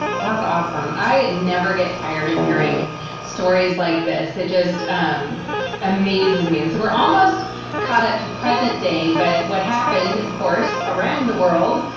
that's awesome. i never get tired of hearing stories like it just amazes me. and so, we're almost caught up to present day, but what happened, of course, around the world,